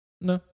No